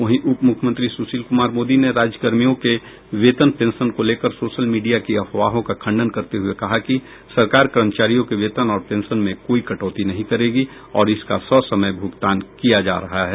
वहीं उप मुख्यमंत्री सुशील कुमार मोदी ने राज्यकर्मियों के वेतन पेंशन को लेकर सोशल मीडिया की अफवाहों का खंडन करते हुए कहा कि सरकार कर्मचारियों के वेतन और पेंशन में कोई कटौती नहीं करेगी और इसका ससमय भुगतान किया जा रहा है